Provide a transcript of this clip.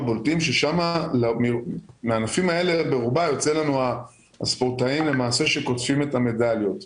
מרובם יוצאים לנו הספורטאים שקוטפים את המדליות.